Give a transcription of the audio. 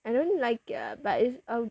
I don't like it ah but it's um